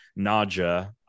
Naja